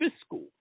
Fiscal